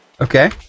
Okay